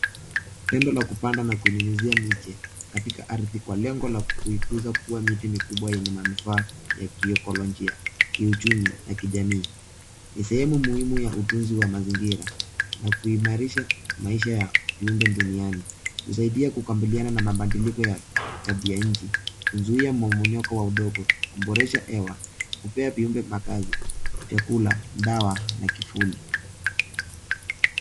Tendo la kupanda na kunyunyuzia miti katika ardhi kwa lengo la kuikuza kuwa miti kubwa lenye manufaa ya kiekologia, kiuchumi na kijamii. Ni sehemu muhimu ya utuunzi wa mazingira na kuimarisha maisha ya viumbe duniani husaidia kukabiliana na mabadiliko ya nchi kuzuia mmomonyoko wa udongo, kuboresha hewa, kupea viumbe makaazi, vyakula, dawa na kivuli.